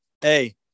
Hey